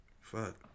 Fuck